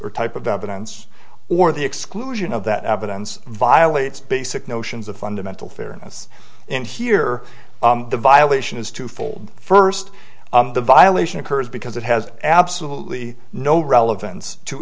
or type of evidence or the exclusion of that evidence violates basic notions of fundamental fairness and here the violation is twofold first the violation occurs because it has absolutely no relevance to